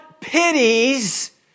pities